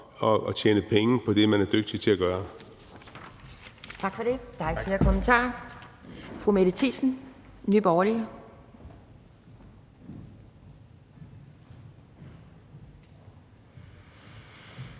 at tjene penge på det, man er dygtig til at gøre.